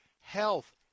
health